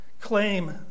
claim